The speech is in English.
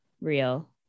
Real